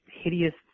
hideous